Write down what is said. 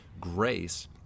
grace